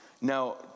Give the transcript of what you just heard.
Now